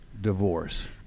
divorce